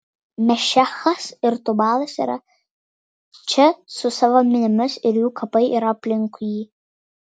mešechas ir tubalas yra čia su savo miniomis ir jų kapai yra aplinkui jį